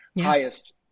highest